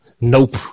Nope